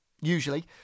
Usually